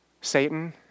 Satan